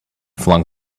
flung